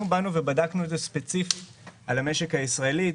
בדקנו את זה ספציפית על המשק הישראלי,